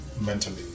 mentally